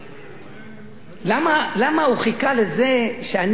למה הוא חיכה לזה שאני אקח 300,